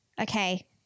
Okay